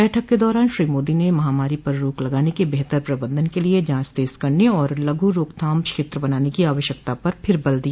बैठक के दौरान श्री मोदी ने महामारी पर रोक लगाने के बेहतर प्रबंधन के लिए जांच तेज करने और लघु राकथाम क्षेत्र बनाने की आवश्यकता पर फिर बल दिया